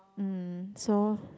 um so